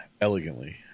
elegantly